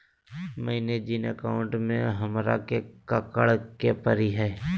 मैंने जिन अकाउंट में हमरा के काकड़ के परी?